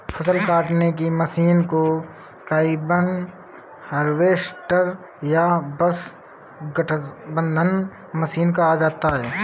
फ़सल काटने की मशीन को कंबाइन हार्वेस्टर या बस गठबंधन मशीन कहा जाता है